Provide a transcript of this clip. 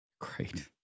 Great